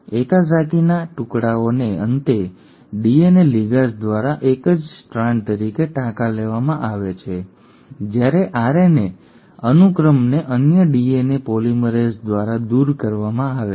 ઓકાઝાકીના ટુકડાઓને અંતે DNA ligase દ્વારા એક જ સ્ટ્રાન્ડ તરીકે ટાંકા લેવામાં આવે છે જ્યારે આરએનએ અનુક્રમને અન્ય ડીએનએ પોલિમરેઝ દ્વારા દૂર કરવામાં આવે છે